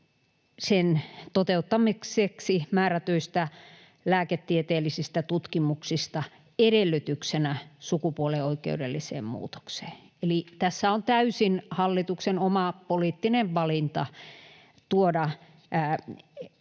sen toteuttamiseksi määrätyistä lääketieteellisistä tutkimuksista edellytyksenä sukupuolen oikeudelliseen muutokseen. Eli tässä on täysin hallituksen oma poliittinen valinta tuoda